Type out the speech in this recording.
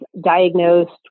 diagnosed